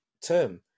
term